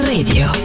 Radio